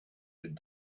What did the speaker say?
had